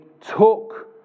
took